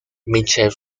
michel